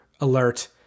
alert